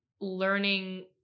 learning